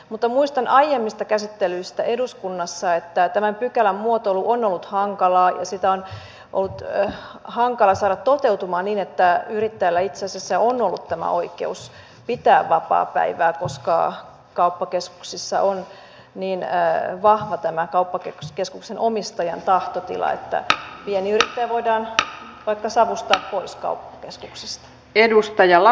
mutta muistan aiemmista käsittelyistä eduskunnassa että tämän pykälän muotoilu on ollut hankalaa ja sitä on ollut hankala saada toteutumaan niin että yrittäjällä itse asiassa olisi tämä oikeus pitää vapaapäivää koska kauppakeskuksissa on niin vahva tämä kauppakeskuksen omistajan tahtotila että pieni yrittäjä voidaan vaikka savustaa pois kauppakeskuksesta